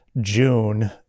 June